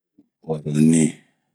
buaroɲii